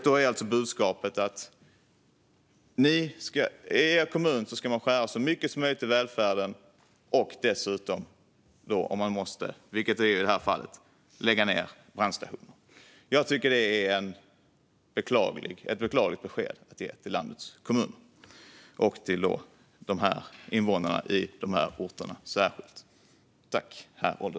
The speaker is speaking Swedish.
Då är alltså budskapet: I er kommun ska man skära så mycket som möjligt i välfärden och dessutom, om man måste som i detta fall, lägga ned brandstationen. Jag tycker att detta är ett beklagligt besked att ge till landets kommuner och särskilt till invånarna i dessa orter.